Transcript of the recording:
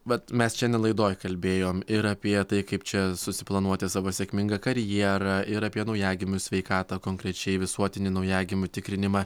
vat mes šiandien laidoj kalbėjom ir apie tai kaip čia susiplanuoti savo sėkmingą karjerą ir apie naujagimių sveikatą konkrečiai visuotinį naujagimių tikrinimą